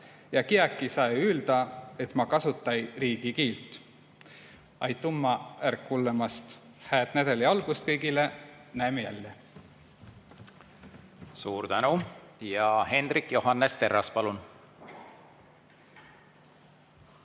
ja kiäki saa üldä, et ma kasuta-õi riigi kiilt. Aitumma är kullõmast! Hääd nädäli algust kõigile! Näemi jälle!